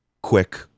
quick